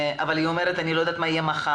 אבל היא אומרת 'אני לא יודעת מה יהיה מחר',